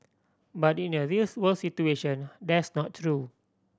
but in a reals world situation that's not true